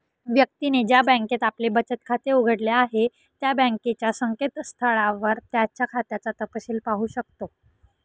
व्यक्तीने ज्या बँकेत आपले बचत खाते उघडले आहे त्या बँकेच्या संकेतस्थळावर त्याच्या खात्याचा तपशिल पाहू शकतो